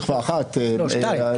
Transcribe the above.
לא, שתיים.